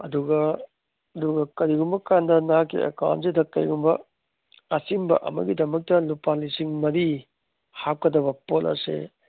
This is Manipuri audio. ꯑꯗꯨꯒ ꯑꯗꯨꯒ ꯀꯔꯤꯒꯨꯝꯕ ꯀꯥꯟꯗ ꯅꯍꯥꯛꯀꯤ ꯑꯦꯛꯀꯥꯎꯟꯖꯤꯗ ꯀꯔꯤꯒꯨꯝꯕ ꯑꯆꯤꯟꯕ ꯑꯃꯒꯤꯗꯃꯛꯇ ꯂꯨꯄꯥ ꯂꯤꯁꯤꯡ ꯃꯔꯤ ꯍꯥꯞꯀꯗꯕ ꯄꯣꯠ ꯑꯁꯦ